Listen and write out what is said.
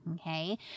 okay